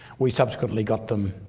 we subsequently got them